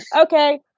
Okay